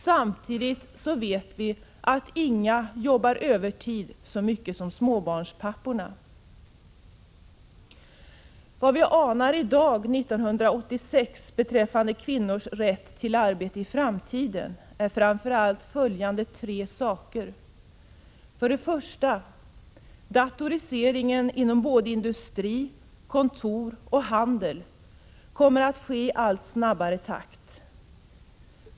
Samtidigt vet vi att inga jobbar övertid så mycket som småbarnspapporna. Vad vi anar i dag 1986 beträffande kvinnors rätt till arbete i framtiden är framför allt följande tre saker. För det första: Datoriseringen inom industri, kontor och handel kommer att ske i allt snabbare takt.